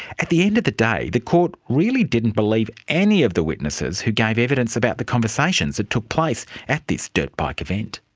at the end of the day the court really didn't believe any of the witnesses who gave evidence about the conversations that took place at this dirt bike event.